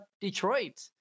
Detroit